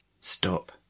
Stop